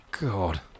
God